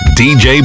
dj